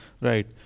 Right